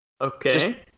Okay